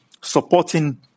supporting